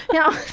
yeah